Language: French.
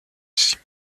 simon